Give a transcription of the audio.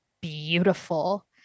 beautiful